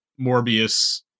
Morbius